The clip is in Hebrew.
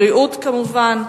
בריאות כמובן,